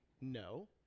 No